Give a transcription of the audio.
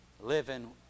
living